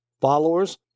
followers